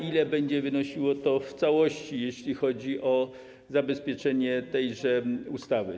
Ile będzie wynosiło to w całości, jeśli chodzi o zabezpieczenie tejże ustawy?